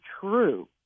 true